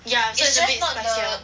ya so it's a bit spicy ya